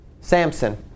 Samson